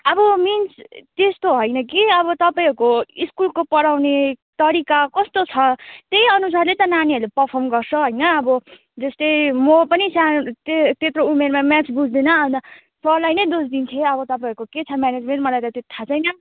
अब मिन्स त्यस्तो होइन कि अब तपाईँहरूको स्कुलको पढाउने तरिका कस्तो छ त्यही अनुसारले त नानीहरूले पर्फम गर्छ होइन अब जस्तै म पनि सानो त्य त्यत्रो उमेरमा म्याथ्स बुझ्दिनँ अन्त सरलाई नै दोष दिन्थेँ अब तपाईँहरूको के छ म्यानेजमेन्ट मलाई त त्यो थाहा छैन